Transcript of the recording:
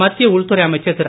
மத்திய உள்துறை அமைச்சர் திரு